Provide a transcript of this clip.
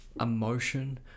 emotion